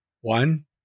One